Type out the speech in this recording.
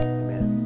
amen